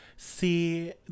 See